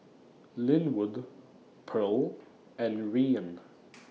Linwood Pearle and Rian